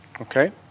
Okay